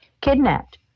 kidnapped